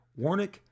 Warnick